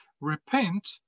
repent